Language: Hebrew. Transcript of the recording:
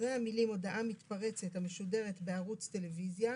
אחרי המילים "הודעה מתפרצת המשודרת בערוץ טלוויזיה",